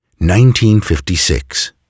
1956